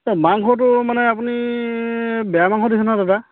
মাংসটো মানে আপুনি বেয়া মাংস দিছে নহয় দাদা